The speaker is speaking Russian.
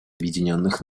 объединенных